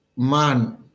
Man